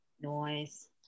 noise